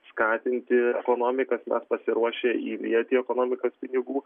skatinti ekonomikas mes pasiruošę įlieti į ekonomikas pinigų